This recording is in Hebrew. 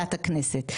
ועדת הכנסת,